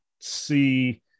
see